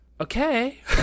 okay